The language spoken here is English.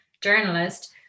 journalist